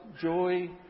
joy